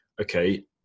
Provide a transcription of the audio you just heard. okay